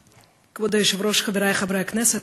כבוד היושב-ראש, חברי חברי הכנסת,